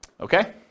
okay